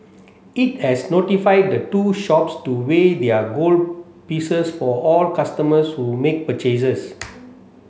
it has notified the two shops to weigh their gold pieces for all customers who make purchases